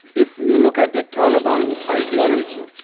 if you look at the taliban ideology,